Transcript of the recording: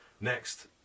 Next